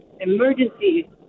emergency